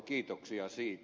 kiitoksia siitä